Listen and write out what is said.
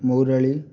ମହୁରାଳୀ